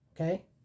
okay